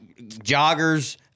joggers—